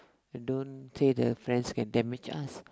don't say the friends can damage us